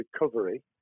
recovery